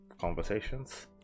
conversations